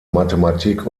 mathematik